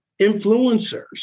influencers